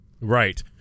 Right